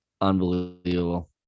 unbelievable